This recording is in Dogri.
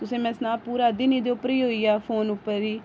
तुसेंगी में सनां पूरा दिन एह्दे उप्पर गै होई गेआ फोन उप्पर ई